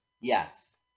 Yes